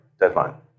deadline